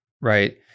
Right